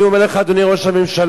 אני אומר לך, אדוני ראש הממשלה,